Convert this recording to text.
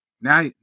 Now